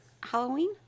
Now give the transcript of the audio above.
Halloween